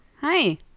Hi